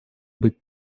быть